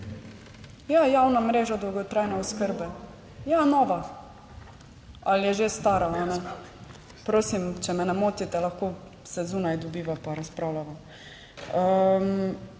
Ja, javna mreža dolgotrajne oskrbe, ja, nova, ali je že stara? Prosim, če me ne motite, lahko se zunaj dobiva, pa razpravljamo.